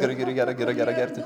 gerai gerai gerai gerai gerai arti